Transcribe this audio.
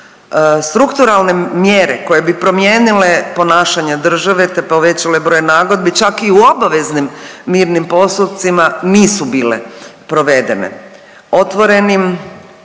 strukturalne mjere koje bi promijenile ponašanja države, te povećale broj nagodbi, čak i u obaveznim mirnim postupcima, nisu bile provedene. Otvorenim